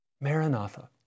Maranatha